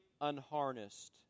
unharnessed